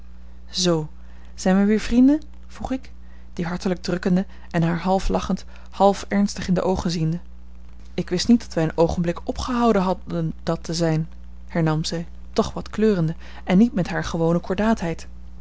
zoo zijn we weer vrienden vroeg ik die hartelijk drukkende en haar half lachend half ernstig in de oogen ziende ik wist niet dat wij een oogenblik opgehouden hadden dat te zijn hernam zij toch wat kleurende en niet met hare gewone